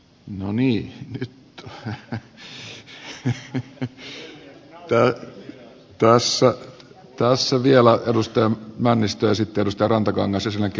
no niin tässä vielä edustaja männistö ja sitten edustaja rantakangas ja sen jälkeen loppukeskustelu kahvilassa